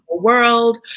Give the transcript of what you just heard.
World